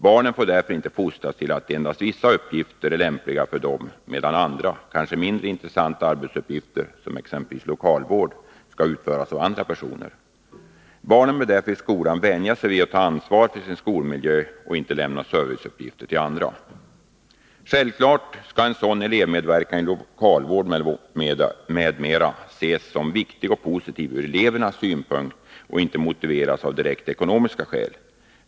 Barnen får därför inte fostras till att anse att endast vissa uppgifter är lämpliga för dem medan andra — kanske mindre intressanta arbetsuppgifter, exempelvis lokalvård — skall utföras av andra personer. Barnen bör därför i skolan vänja sig vid att ta ansvar för sin skolmiljö och att inte lämna över serviceuppgifter till andra. Självfallet skall en sådan elevmedverkan i lokalvård m.m. betraktas som viktig och positiv ur elevernas synpunkt och inte motiveras av direkt 34 ekonomiska skäl.